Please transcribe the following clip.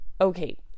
Okay